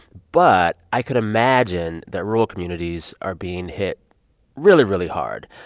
but i could imagine that rural communities are being hit really, really hard.